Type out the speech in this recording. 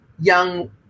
young